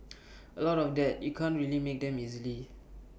A lot of that you can't really make them easily